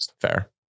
Fair